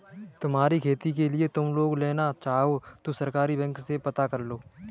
तुम्हारी खेती के लिए तुम लोन लेना चाहो तो सहकारी बैंक में पता करलो